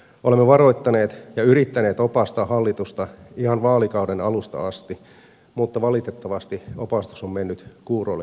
olemme varoittaneet ja yrittäneet opastaa hallitusta ihan vaalikauden alusta asti mutta valitettavasti opastus on mennyt kuuroille korville